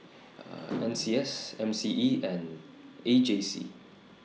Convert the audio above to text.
N C S M C E and A J C